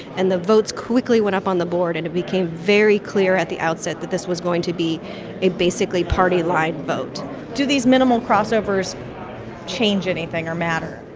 and the votes quickly went up on the board, and it became very clear at the outset that this was going to be a, basically, party line vote do these minimal crossovers change anything or matter?